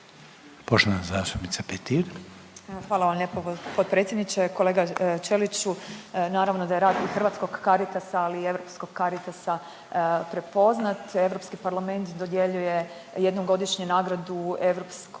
Marijana (Nezavisni)** Hvala vam lijepo potpredsjedniče. Kolega Ćeliću naravno da je rad i Hrvatskog Caritasa ali i Europskog Caritasa prepoznat. Europski parlament dodjeljuje jednom godišnje nagradu europskog građanina